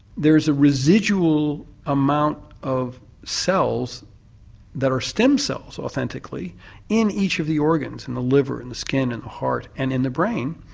there is a residual amount of cells that are stem cells, authentically in each of the organs in the liver, in the skin, in the heart and in the brain,